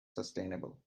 sustainable